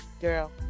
Girl